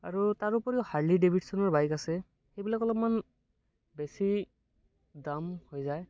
আৰু তাৰোপৰিও হাৰ্লি ডেভিকচনৰ বাইক আছে সেইবিলাক অলপমান বেছি দাম হৈ যায়